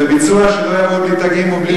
לביצוע שלא יבואו בלי תגים או עם מסכות?